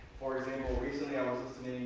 for example, recently i